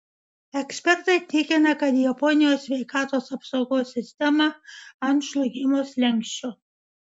ekspertai tikina kad japonijos sveikatos apsaugos sistema ant žlugimo slenksčio